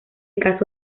caso